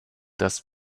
das